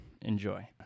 enjoy